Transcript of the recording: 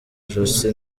ijosi